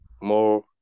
more